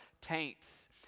taints